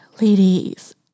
Ladies